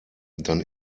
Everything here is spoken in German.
dann